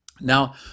Now